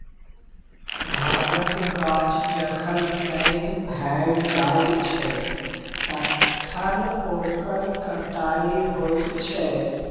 भाँगक गाछ जखन पैघ भए जाइत छै तखन ओकर कटाई होइत छै